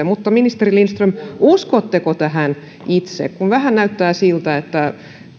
mutta ministeri lindström uskotteko tähän itse kun vähän näyttää siltä että